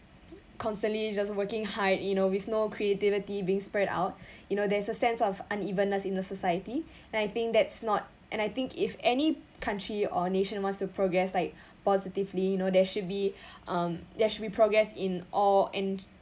constantly just working hard you know with no creativity being spread out you know there is a sense of unevenness in the society and I think that's not and I think if any country or nation wants to progress like positively you know there should be um there should be progress in all and